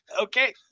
Okay